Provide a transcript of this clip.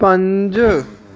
ਪੰਜ